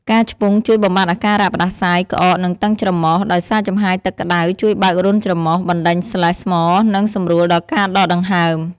ការឆ្ពង់ជួយបំបាត់អាការៈផ្តាសាយ ក្អក និងតឹងច្រមុះ ដោយសារចំហាយទឹកក្តៅជួយបើករន្ធច្រមុះ បណ្តេញស្លេស្ម និងសម្រួលដល់ការដកដង្ហើម។